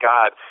God